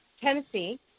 tennessee